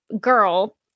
girl